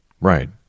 right